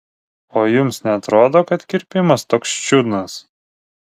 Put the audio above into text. o jums neatrodo kad kirpimas toks čiudnas